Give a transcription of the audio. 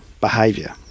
behaviour